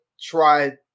try